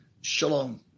Shalom